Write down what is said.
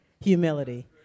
humility